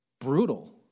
Brutal